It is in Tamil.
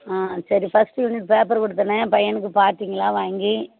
ஆ சரி பஸ்ட்டு யூனிட் பேப்பர் கொடுத்தேனே பையனுக்கு பார்த்தீங்களா வாங்கி